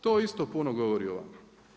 To isto puno govori o vama.